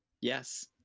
Yes